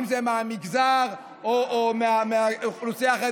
אם זה מהמגזר או מהאוכלוסייה החרדית.